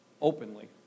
openly